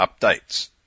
updates